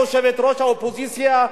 יושבת-ראש האופוזיציה,